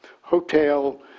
hotel